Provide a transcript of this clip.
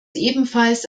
ebenfalls